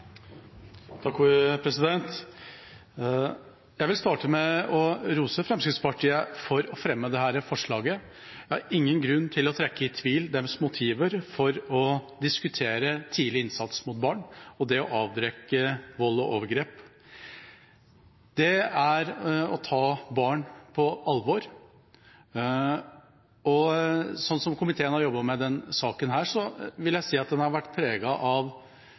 Jeg vil starte med å rose Fremskrittspartiet for å fremme dette forslaget. Jeg har ingen grunn til å trekke i tvil deres motiver for å diskutere tidlig innsats for barn og det å avdekke vold og overgrep. Det er å ta barn på alvor. Slik komiteen har jobbet med denne saken, vil jeg si at den har vært preget av,